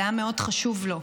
זה היה חשוב לו מאוד.